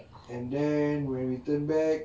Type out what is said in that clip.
and then when we turn back